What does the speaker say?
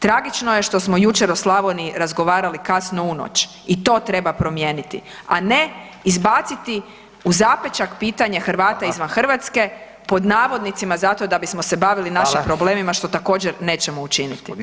Tragično je što smo jučer o Slavoniji razgovarali kasno u noć i to treba promijeniti, a ne izbaciti u zapečak pitanje Hrvata izvan Hrvatske, pod navodnicima, zato da bismo se bavili našim problemima, što također nećemo učiniti.